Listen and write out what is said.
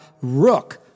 Rook